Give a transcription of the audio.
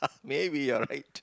maybe you're right